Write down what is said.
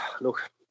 look